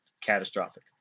catastrophic